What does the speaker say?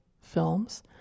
films